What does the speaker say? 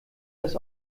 das